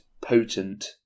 potent